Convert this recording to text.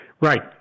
Right